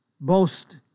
boast